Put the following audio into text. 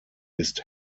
ist